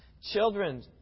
children